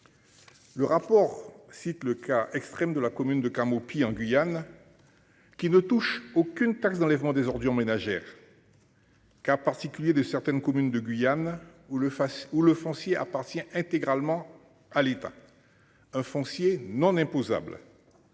Le rapport cite le cas extrême de la commune de Camopi en Guyane. Qui ne touche aucune taxe d'enlèvement des ordures ménagères. Cas particulier de certaines communes de Guyane où le fasse où le foncier appartient intégralement à l'État. Hein. Foncier non imposables.